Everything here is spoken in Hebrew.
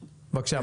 בבקשה,